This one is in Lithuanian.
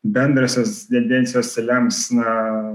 bendrosios tendencijos lems na